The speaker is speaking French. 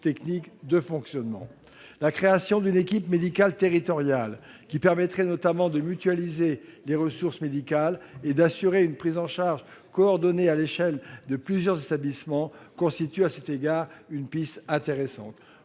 techniques de fonctionnement. La création d'une équipe médicale territoriale, qui permettrait notamment de mutualiser les ressources médicales et d'assurer une prise en charge coordonnée à l'échelle de plusieurs établissements, constitue à cet égard une piste intéressante.